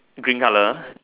green color